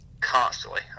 constantly